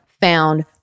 found